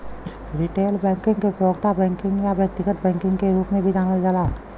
retail banking के उपभोक्ता banking या व्यक्तिगत बैंकिंग के रूप में भी जानल जाला